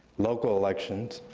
local elections.